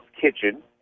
kitchen